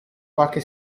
qualche